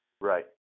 Right